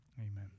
Amen